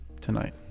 tonight